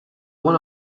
one